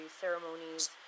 ceremonies